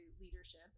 leadership